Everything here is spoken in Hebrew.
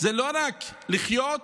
זה לא רק לחיות